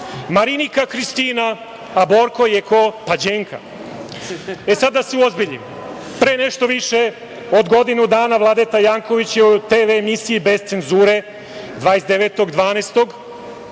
Marinika - Kristina, a Borko je ko? Pa, Đenka. Sada da se uozbiljim. Pre nešto više od godinu dana Vladeta Janković je u TV emisiji „Bez cenzure“, 29.